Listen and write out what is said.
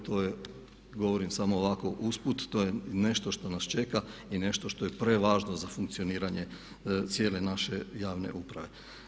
To govorim samo ovako usput, to je nešto što nas čeka i nešto što je prevažno za funkcioniranje cijele naše javne uprave.